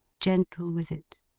gentle with it,